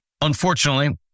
Unfortunately